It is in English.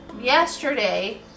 yesterday